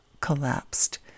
collapsed